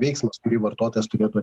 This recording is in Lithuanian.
veiksmas kurį vartotojas turėtų